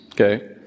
okay